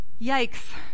Yikes